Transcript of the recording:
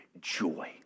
joy